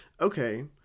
Okay